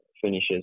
finishes